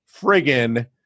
friggin